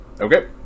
Okay